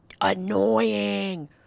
annoying